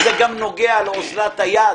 זה גם נוגע לאזלת היד